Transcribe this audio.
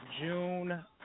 June